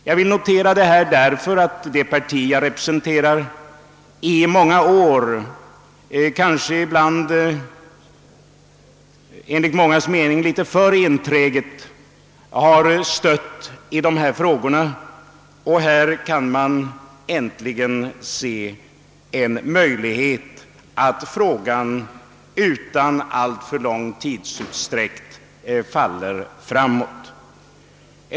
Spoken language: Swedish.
Jag vill notera detta därför att det parti jag representerar i många år — enligt somligas mening ibland kanske litet för enträget — har stött på i dessa frågor. Nu kan vi äntligen se en möjlighet att problemet utan alltför stor tidsutdräkt faller framåt.